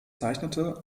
zeichnete